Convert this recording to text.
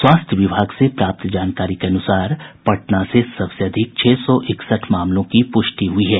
स्वास्थ्य विभाग से प्राप्त जानकारी के अनुसार पटना से सबसे अधिक छह सौ इकसठ मामलों की पुष्टि हुई है